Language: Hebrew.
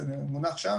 זה מונח שם,